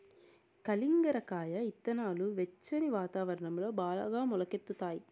కలింగర కాయ ఇత్తనాలు వెచ్చని వాతావరణంలో బాగా మొలకెత్తుతాయి